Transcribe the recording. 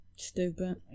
stupid